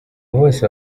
bose